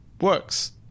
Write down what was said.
works